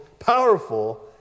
powerful